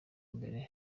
mbere